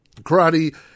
karate